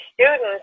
students